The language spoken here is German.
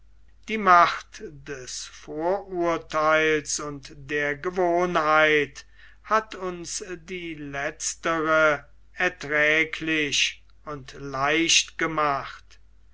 die macht des vorurtheils und der gewohnheit hat uns die letztere erträglich und leicht gemacht